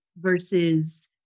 versus